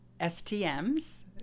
STMs